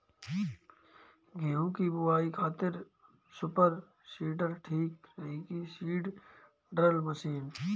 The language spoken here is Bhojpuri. गेहूँ की बोआई खातिर सुपर सीडर ठीक रही की सीड ड्रिल मशीन?